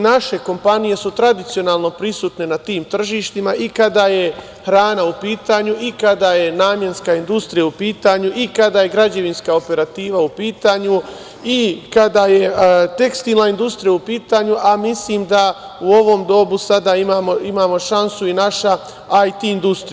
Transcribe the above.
Naše kompanije su tradicionalno prisutne na tim tržištima i kada je hrana u pitanju, i kada je namenska industrija u pitanju i kada je građevinska operativa u pitanju i kada je tekstilna industrija u pitanju, a mislim da u ovom dobu sada ima šansu i naša IT industrija.